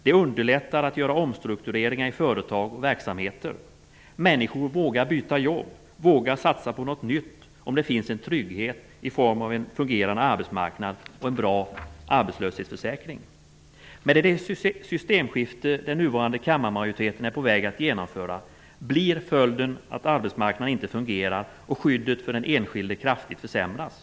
Den underlättar att göra omstruktureringar i företag och verksamheter. Människor vågar byta jobb, vågar satsa på något nytt om det finns en trygghet i form av en fungerade arbetsmarknad och en bra arbetslöshetsförsäkring. Med det systemskifte den nuvarande kammarmajoriteten är på väg att genomföra, blir följden att arbetsmarknaden inte fungerar och skyddet för den enskilde kraftigt försämras.